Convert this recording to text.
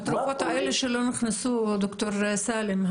התרופות האלה שלא נכנסו דוקטור סאלם,